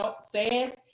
says